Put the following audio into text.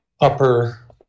upper